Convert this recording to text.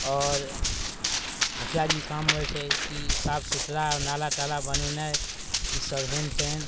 आओर मुखिआजी काम छै कि साफ सुथरा नाला ताला बनेनाइ ईसब हेनटेन